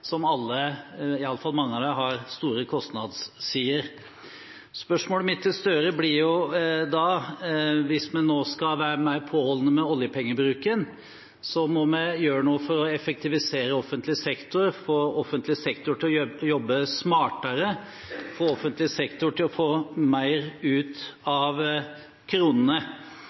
som alle, iallfall mange av dem, har store kostnadssider. Hvis vi nå skal være mer påholdne med oljepengebruken, må vi gjøre noe for å effektivisere offentlig sektor, få offentlig sektor til å jobbe smartere, få offentlig sektor til å få mer ut av kronene.